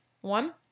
One